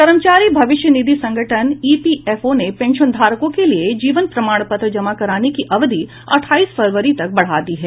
कर्मचारी भविष्य निधि संगठन ईपीएफओ ने पेंशन धारकों के लिए जीवन प्रमाण पत्र जमा कराने की अवधि अट्ठाईस फरवरी तक बढ़ा दी है